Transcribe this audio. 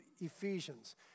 Ephesians